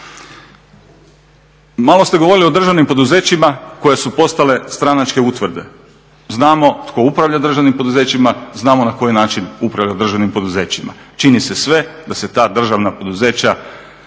Malo ste govorili o državnim poduzećima koja su postala stranačke utvrde. Znamo tko upravlja državnim poduzećima, znamo na koji način upravlja državnim poduzećima. Čini se sve da se ta državna poduzeća,